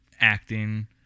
acting